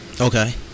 Okay